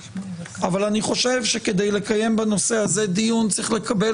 אבל אני חושב שכדי לקיים בנושא הזה דיון צריך לקבל